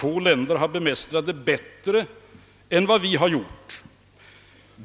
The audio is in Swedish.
Få länder har som sagt bemästrat svårigheterna bättre än vi gjort.